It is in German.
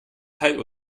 teil